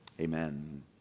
amen